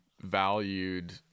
valued-